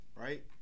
right